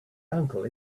uncle